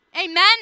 amen